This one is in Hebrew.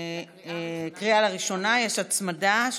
לקריאה הראשונה יש הצעת חוק שהוצמדה,